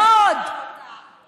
מעולה אני מבינה אותם,